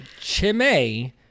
Chimay